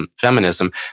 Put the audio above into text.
feminism